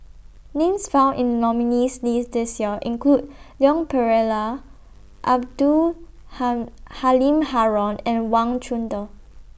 Names found in The nominees' list This Year include Leon Perera Abdul Ham Halim Haron and Wang Chunde